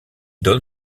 donne